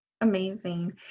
Amazing